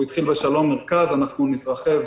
הוא התחיל בבית משפט השלום מרכז ואנחנו נתרחב